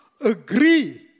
agree